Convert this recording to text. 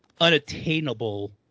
unattainable